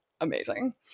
amazing